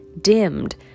dimmed